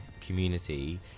community